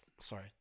sorry